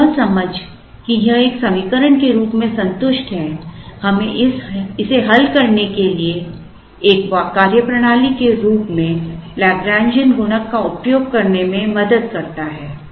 अब यह समझ कि यह एक समीकरण के रूप में संतुष्ट है हमें इसे हल करने के लिए एक कार्यप्रणाली के रूप में Lagrangian गुणक का उपयोग करने में मदद करता है